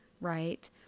right